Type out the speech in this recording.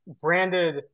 branded